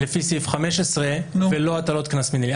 שנגיש לפי סעיף 15 ולא בהטלת קנס מינהלי.